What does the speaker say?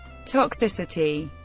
toxicity